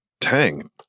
Tang